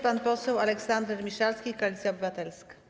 Pan poseł Aleksander Miszalski, Koalicja Obywatelska.